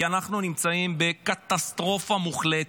כי אנחנו נמצאים בקטסטרופה מוחלטת.